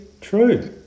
True